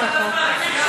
החוק.